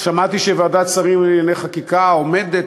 שמעתי שוועדת השרים לענייני חקיקה עומדת,